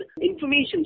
information